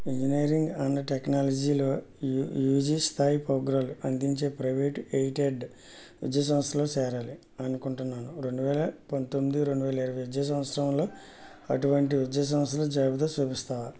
engineering and టెక్నాలజీలో U UG స్థాయి ప్రోగ్రాంలు అందించే ప్రైవేట్ ఎయిడెడ్ విద్యా సంస్థలో చేరాలి అనుకుంటున్నాను రెండు వేల పంతొమ్మిది రెండు వేల ఇరవై విద్యా సంవత్సరంలో అటువంటి విద్యా సంస్థల జాబితా చూపిస్తావా